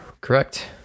Correct